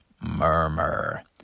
murmur